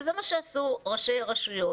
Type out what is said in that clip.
זה מה שעשו ראשי הרשויות.